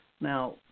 Now